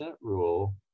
rule